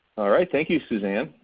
alright, thank you, suzanne.